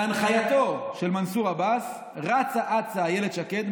בהנחייתו של מנסור עבאס רצה-אצה אילת שקד,